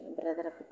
Brother